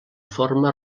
forma